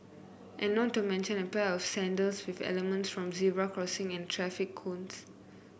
and not to mention a pair of sandals with elements from zebra crossing and traffic cones